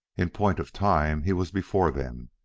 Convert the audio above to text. in point of time he was before them.